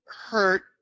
hurt